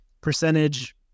percentage